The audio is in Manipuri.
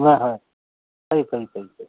ꯍꯣꯏ ꯍꯣꯏ ꯐꯩ ꯐꯩ ꯐꯩ ꯐꯩ